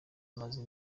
amaze